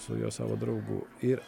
su juo savo draugu ir